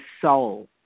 soul